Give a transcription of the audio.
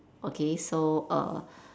okay so